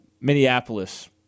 Minneapolis